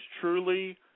truly